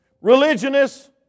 Religionists